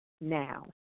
now